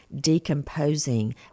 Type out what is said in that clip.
decomposing